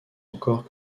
encore